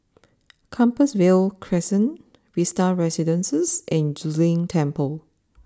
Compassvale Crescent Vista Residences and Zu Lin Temple